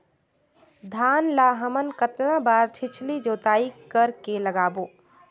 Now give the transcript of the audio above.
धान ला हमन कतना बार छिछली जोताई कर के लगाबो?